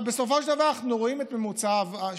אבל, בסופו של דבר אנחנו רואים את הממוצע שעברו.